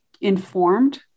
informed